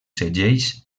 segells